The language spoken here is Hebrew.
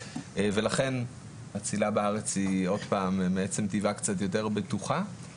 ולכן הצלילה בארץ היא מעצם טיבה קצת יותר בטוחה.